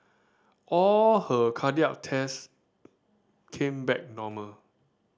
all her cardiac test came back normal